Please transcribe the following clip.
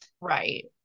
Right